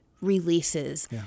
releases